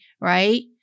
right